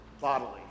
bodily